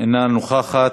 אינה נוכחת.